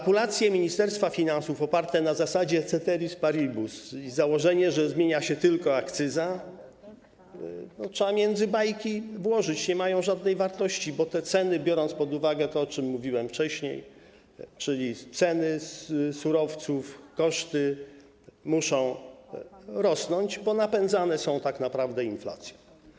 Kalkulacje Ministerstwa Finansów oparte na zasadzie ceteris paribus i założenie, że zmienia się tylko akcyza, trzeba włożyć między bajki, nie mają one żadnej wartości, bo te ceny - biorąc pod uwagę to, o czym mówiłem wcześniej, czyli ceny surowców, koszty - muszą rosnąć, ponieważ napędzane są tak naprawdę inflacją.